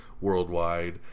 worldwide